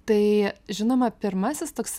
tai žinoma pirmasis toks